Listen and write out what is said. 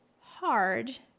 hard